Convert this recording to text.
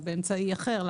או באמצעי אחר.